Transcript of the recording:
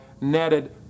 netted